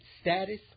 status